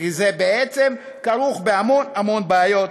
כי זה בעצם כרוך בהמון המון בעיות,